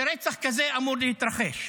שרצח כזה אמור להתרחש,